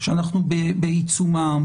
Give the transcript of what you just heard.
שאנחנו בעיצומם,